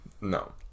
No